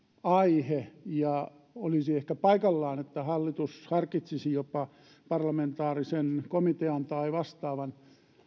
aihe ja olisi ehkä paikallaan että hallitus harkitsisi jopa parlamentaarisen komitean tai vastaavan